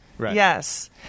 Yes